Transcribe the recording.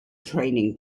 training